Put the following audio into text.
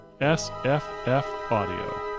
sffaudio